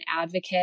advocate